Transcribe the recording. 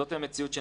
זאת המציאות.